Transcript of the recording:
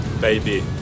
baby